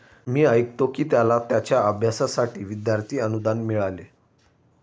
मी ऐकतो की त्याला त्याच्या अभ्यासासाठी विद्यार्थी अनुदान मिळाले